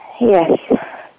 Yes